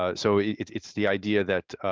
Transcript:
ah so it's the idea that